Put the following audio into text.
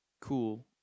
Cool